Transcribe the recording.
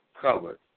covered